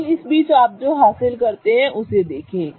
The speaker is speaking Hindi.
लेकिन इस बीच आप जो हासिल करते हैं उसे देखिए